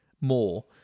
more